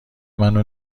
منو